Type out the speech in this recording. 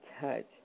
touch